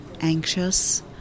anxious